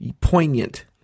poignant